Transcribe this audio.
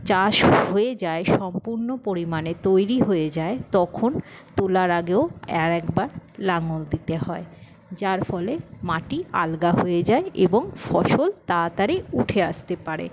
চাষ হয়ে যায় সম্পূর্ণ পরিমাণে তৈরি হয়ে যায় তখন তোলার আগেও অ্যারেকবার লাঙল দিতে হয় যার ফলে মাটি আলগা হয়ে যায় এবং ফসল তাতাড়ি উঠে আসতে পারে